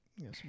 Yes